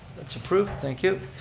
that's approved, thank you.